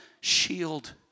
shield